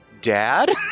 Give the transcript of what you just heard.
Dad